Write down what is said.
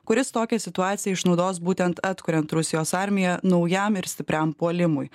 kuris tokią situaciją išnaudos būtent atkuriant rusijos armiją naujam ir stipriam puolimui